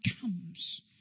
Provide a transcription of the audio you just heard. comes